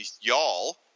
y'all